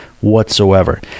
whatsoever